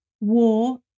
War